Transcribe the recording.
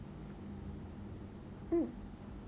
mm